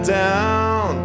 down